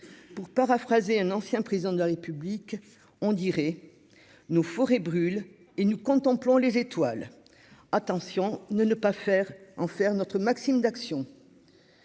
Pour paraphraser un ancien Président de la République, nos forêts brûlent et nous contemplons les étoiles. Veillons à ne pas en faire notre maxime d'action